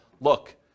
look